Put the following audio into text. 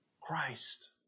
Christ